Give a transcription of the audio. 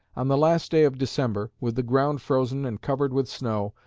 on the last day of december, with the ground frozen and covered with snow,